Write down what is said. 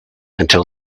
until